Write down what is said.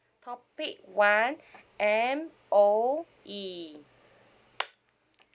topic one M_O_E